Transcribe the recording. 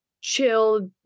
chill